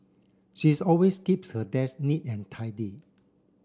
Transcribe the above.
she's always keeps her desk neat and tidy